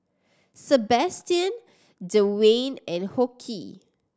Sabastian Dewayne and Hoke